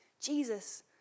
Jesus